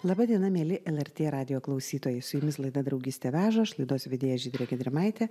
laba diena mieli lrt radijo klausytojai su jumis laida draugystė veža aš laidos vedėja žydrė gedrimaitė